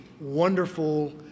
wonderful